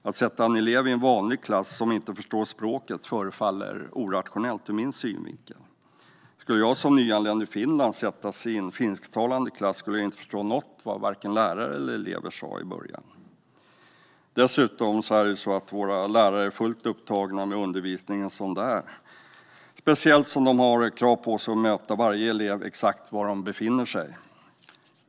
Att sätta en elev som inte förstår språket i en vanlig klass förefaller ur min synvinkel orationellt. Skulle jag som nyanländ i Finland sättas i en finsktalande klass skulle jag i början inte förstå vare sig lärare eller elever. Dessutom är våra lärare fullt upptagna med undervisningen, speciellt som de har krav på sig att möta varje elev exakt där de befinner sig.